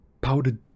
powdered